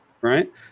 Right